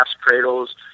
cradles